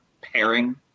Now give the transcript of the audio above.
pairing